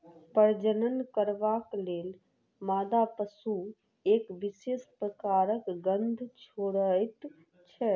प्रजनन करबाक लेल मादा पशु एक विशेष प्रकारक गंध छोड़ैत छै